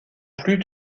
plus